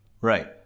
right